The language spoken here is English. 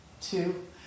two